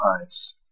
eyes